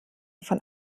von